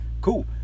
Cool